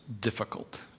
difficult